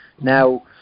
Now